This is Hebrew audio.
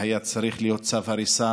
והיה צריך להיות צו הריסה